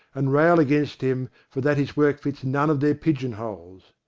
and rail against him for that his work fits none of their pigeon holes.